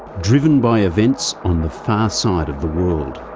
driven by events on the far side of the world.